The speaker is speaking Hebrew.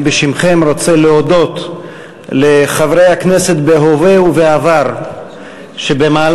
בשמכם אני רוצה להודות לחברי הכנסת בהווה ובעבר שבמהלך